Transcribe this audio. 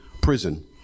prison